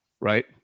right